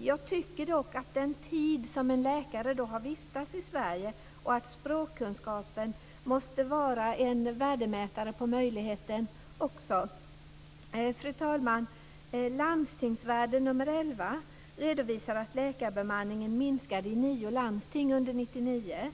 Jag tycker dock att den tid som en läkare har vistats i Sverige och språkkunskaperna också måste vara en värdemätare när det gäller möjligheten. Fru talman! Landstingsvärlden nr 11 redovisar att läkarbemanningen minskade i nio landsting under 1999.